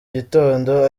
gitondo